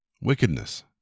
wickedness